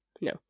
No